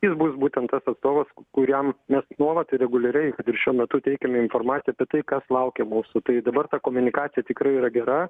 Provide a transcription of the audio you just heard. jis bus būtent tas atstovas kuriam mes nuolat ir reguliariai ir šiuo metu teikiame informaciją apie tai kas laukia mūsų tai dabar ta komunikacija tikrai yra gera